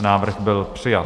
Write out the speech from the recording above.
Návrh byl přijat.